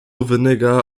vinegar